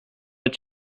est